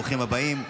ברוכים הבאים.